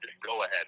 go-ahead